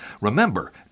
Remember